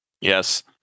yes